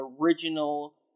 original